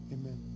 Amen